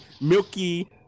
milky